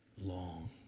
long